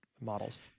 models